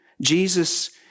Jesus